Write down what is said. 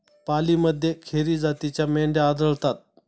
पालीमध्ये खेरी जातीच्या मेंढ्या आढळतात